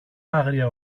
άγρια